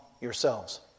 yourselves